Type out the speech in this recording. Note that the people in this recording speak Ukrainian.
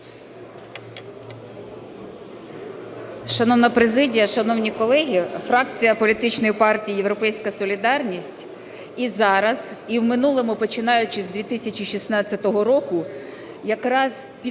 Шановна президія, шановні колеги! Фракція політичної партії "Європейська солідарність" і зараз і в минулому, починаючи з 2016 року, якраз підтримує